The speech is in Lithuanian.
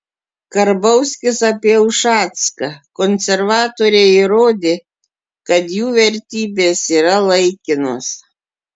karbauskis apie ušacką konservatoriai įrodė kad jų vertybės yra laikinos